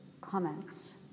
comments